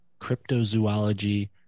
cryptozoology